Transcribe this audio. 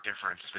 difference